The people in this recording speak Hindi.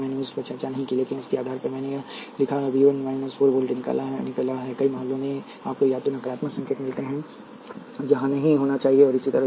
मैंने उस पर चर्चा नहीं की लेकिन उसके आधार पर मैंने यह लिखा है और v1 4 वोल्ट निकला है कई मामलों में आपको या तो नकारात्मक संकेत मिलते हैं जहां नहीं होना चाहिए और इसी तरह